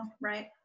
right